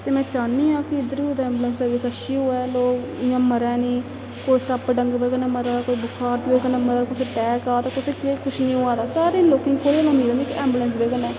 ते में चाह्न्नी आं इद्धर कुतै अगर ऐंबुलेंस सर्विस अच्छी होऐ लोक इ'यां मरै निं कोई सप्प डंग बजह दी कन्नै मरा दा कोई बखार दी बजह कन्नै मरै दा कुसै अटैक आ दा कुसै केह् कुछ निं होआ दा सारें लोकें गी कोह्दे कोला उम्मीद ऐंबुलेंस बजह कन्नै